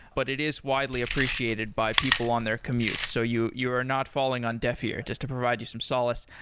but it is widely appreciated by people on their commute. so you you are not falling on deaf ear just to provide you some solace.